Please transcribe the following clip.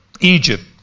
Egypt